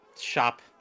shop